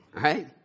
Right